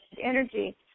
energy